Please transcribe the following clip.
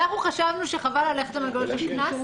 אנחנו חשבנו שחבל ללכת על מנגנון של קנס,